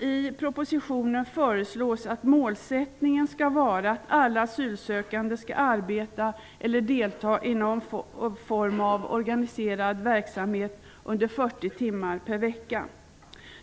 I propositionen föreslås att målsättningen skall vara att alla asylsökande skall arbeta eller delta i någon form av organiserad verksamhet under 40 timmar per vecka.